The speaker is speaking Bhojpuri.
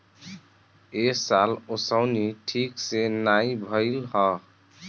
ए साल ओंसउनी ठीक से नाइ भइल हअ